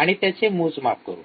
आणि त्याचे मोजमाप करू